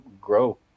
grow